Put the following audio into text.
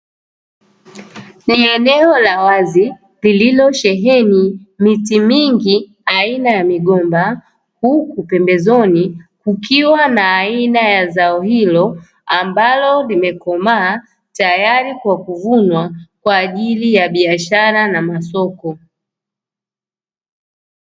Ni eneo la wazi lililosheheni miti mingi aina ya migomba, huku pembezoni kukiwa na aina ya zao hilo ambalo limekomaa tayari kwa kuvunwa kwa ajili ya biashara na masoko.